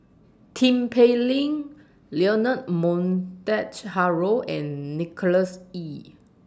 Tin Pei Ling Leonard Montague Harrod and Nicholas Ee